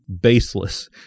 baseless